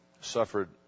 suffered